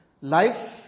life